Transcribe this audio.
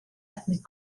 ethnic